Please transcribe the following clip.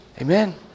Amen